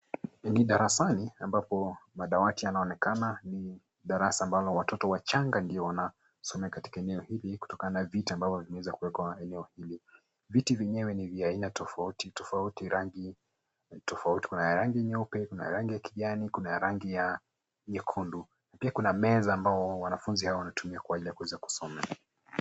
Ni darasani ambapo madawati yanaonekana. Ni darasa ambalo watoto wachanga ndio wanasomea katika eneo hili kutokana na viti ambavyo vimeweza kuwekwa eneo hili. Viti vyenyewe ni vya aina tofauti tofauti, rangi tofauti. Kuna ya rangi nyeupe, kuna ya rangi ya kijani, kuna ya rangi ya nyekundu. Pia kuna meza ambao wanafunzi hawa wanatumia kwa ajili ya kuweza kusoma.